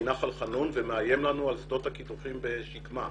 מנחל חנון ומאיים על שדות הקידוחים בשקמה.